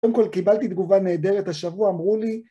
קודם כל, קיבלתי תגובה נהדרת השבוע, אמרו לי: